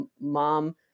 mom